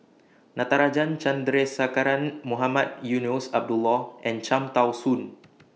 Natarajan Chandrasekaran Mohamed Eunos Abdullah and Cham Tao Soon